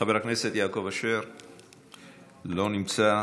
לא נמצא.